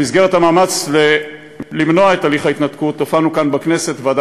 במסגרת המאמץ למנוע את הליך ההתנתקות הופענו כאן בכנסת בוועדה